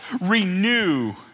renew